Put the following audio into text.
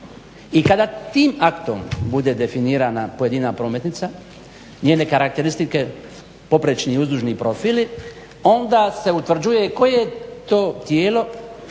I kada tim aktom bude definirana pojedina prometnica, njene karakteristike poprečni i uzdužni profili, onda se utvrđuje koje to tijelo,